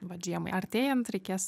vat žiemai artėjant reikės